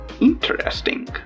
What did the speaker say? Interesting